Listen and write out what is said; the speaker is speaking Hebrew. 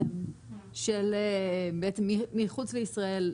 מחוץ לישראל.